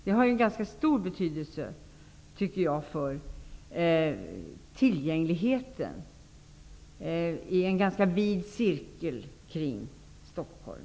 Det här har en stor betydelse för tillgängligheten i en ganska vid cirkel kring Stockholm.